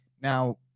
Now